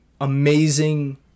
amazing